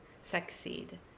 succeed